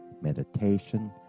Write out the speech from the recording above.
meditation